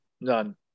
None